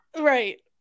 right